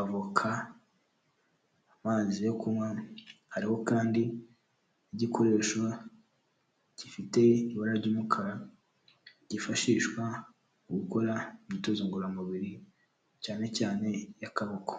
avoka, amazi yo kunywa, hariho kandi n'igikoresho gifite ibara ry'umukara cyifashishwa mu gukora imyitozo ngororamubiri, cyane cyane iy'akaboko.